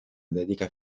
dedica